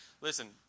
Listen